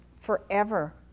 forever